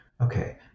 okay